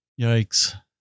Yikes